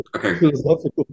philosophical